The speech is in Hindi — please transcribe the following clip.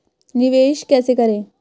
निवेश कैसे करें?